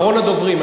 אחרון הדוברים,